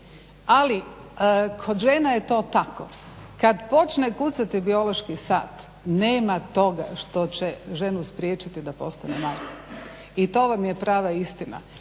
ali kod žena je to tako. Kad počne kucati biološki sat nema toga što će ženu spriječiti da postane majka. I to vam je prava istina.